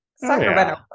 Sacramento